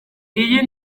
iyi